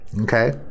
Okay